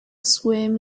swim